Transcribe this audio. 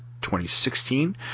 2016